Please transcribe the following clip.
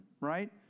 right